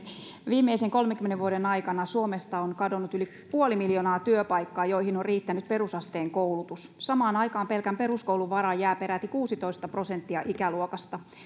viimeisen kolmenkymmenen vuoden aikana suomesta on kadonnut yli puoli miljoonaa sellaista työpaikkaa joihin on riittänyt perusasteen koulutus samaan aikaan pelkän peruskoulun varaan jää peräti kuusitoista prosenttia ikäluokasta